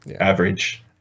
average